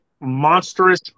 monstrous